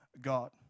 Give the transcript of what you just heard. God